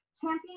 champion